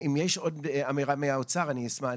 אם יש עוד אמירה מטעם האוצר אני אשמע,